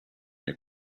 your